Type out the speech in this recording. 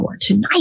tonight